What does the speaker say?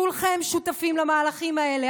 כולכם שותפים למהלכים האלה,